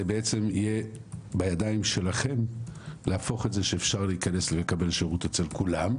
זה בעצם יהיה בידיים שלכם להפוך את זה שאפשר להיכנס לקבל שרות אצל כולם,